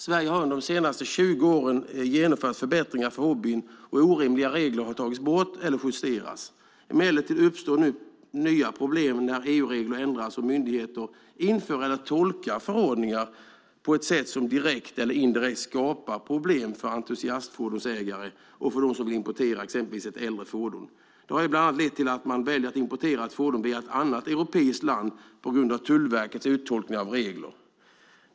Sverige har under de senaste 20 åren genomfört förbättringar för hobbyn, och orimliga regler har tagits bort eller justerats. Emellertid uppstår nu nya problem när EU-regler ändras och myndigheter inför eller tolkar förordningar på ett sätt som direkt eller indirekt skapar problem för entusiastfordonsägare och för dem som vill importera exempelvis ett äldre fordon. Det har bland annat lett till att man väljer att importera ett fordon via annat europeiskt land på grund av Tullverkets uttolkning av vissa regler.